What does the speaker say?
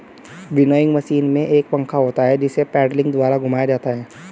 winnowing machine में एक पंखा होता है जिसे पेडलिंग द्वारा घुमाया जाता है